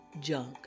junk